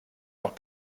noch